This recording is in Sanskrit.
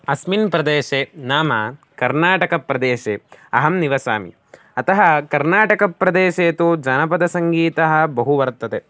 अस्मिन् प्रदेशे नाम कर्नाटकप्रदेशे अहं निवसामि अतः कर्नाटकप्रदेशे तु जनपदसङ्गीतः बहु वर्तते